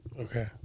Okay